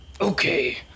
Okay